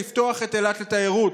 לפתוח את אילת לתיירות.